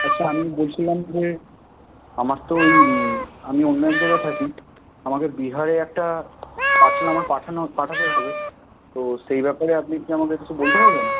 আচ্ছা আমি বলছিলাম যে আমার তো ওই আমি অন্য এক জাগায় থাকি আমাকে বিহারে একটা পার্সেল আমার পাঠানোর পাঠাতে হবে তো সেই ব্যাপারে আপনি কি আমাকে কিছু বলতে পারবেন